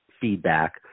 feedback